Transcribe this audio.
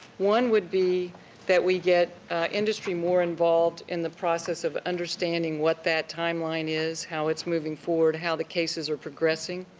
one would be that we get industry more involved in the process of understanding of what that timeline is, how it's moving forward, how the cases are progressing.